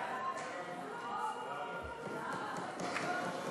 ההצעה להעביר את הצעת חוק המאבק הלאומי בצריכת